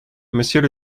monsieur